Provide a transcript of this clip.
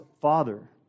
father